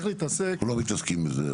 אנחנו לא מתעסקים בזה.